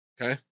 okay